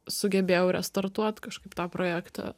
sugebėjau restartuot kažkaip tą projektą